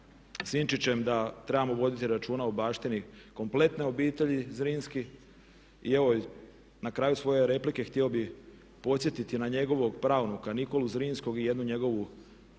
Sinčićem da trebamo voditi računa o baštini kompletne obitelji Zrinski. I evo na kraju svoje replike htio bih podsjetiti na njegovog pravnika Nikolu Zrinskog i jednu njegovu